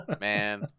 Man